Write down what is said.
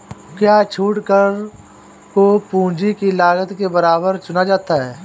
क्या छूट दर को पूंजी की लागत के बराबर चुना जाता है?